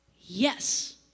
Yes